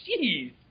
jeez